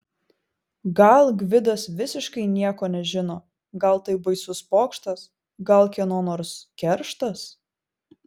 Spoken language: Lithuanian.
gal gvidas visiškai nieko nežino gal tai baisus pokštas gal kieno nors kerštas